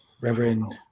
Reverend